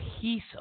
piece